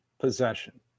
possession